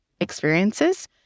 experiences